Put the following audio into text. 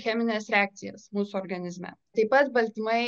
chemines reakcijas mūsų organizme taip pat baltymai